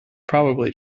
probably